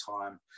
time